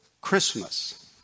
Christmas